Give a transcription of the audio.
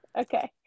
okay